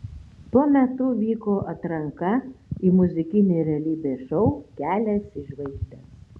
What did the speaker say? tuo metu vyko atranka į muzikinį realybės šou kelias į žvaigždes